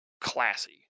classy